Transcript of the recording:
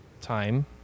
time